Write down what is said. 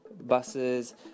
buses